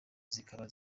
zikaba